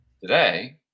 today